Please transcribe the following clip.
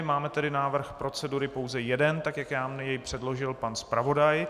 Máme tedy návrh procedury pouze jeden tak, jak nám jej předložil pan zpravodaj.